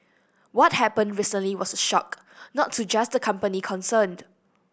what happened recently was a shock not to just the company concerned